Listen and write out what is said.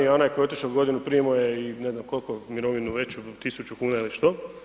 Onaj koji je otišao godinu prije imao je i ne znam koliko mirovinu veću 1000 kuna ili što.